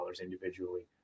individually